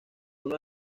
uno